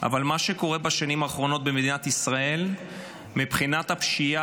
אבל מה שקורה בשנים האחרונות במדינת ישראל מבחינת הפשיעה